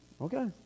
Okay